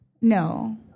No